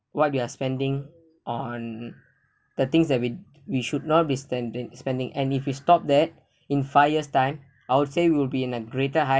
what we are spending on the things that we we should not be standing spending and if you stop that in five years time I would say we will be in a greater high